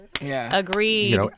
Agreed